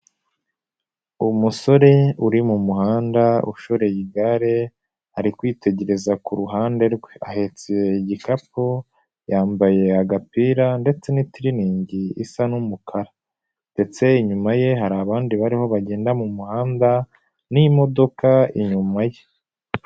Umusore uri mu muhanda ushoreye igare ari kwitegereza ku ruhande rwe ahetse igikapu yambaye agapira ndetse n'itiriningi isa n'umukara ndetse inyuma ye hari abandi barimo bagenda mu muhanda n'imodoka inyuma ye.